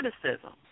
criticism